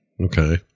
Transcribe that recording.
Okay